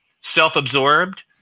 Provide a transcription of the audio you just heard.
self-absorbed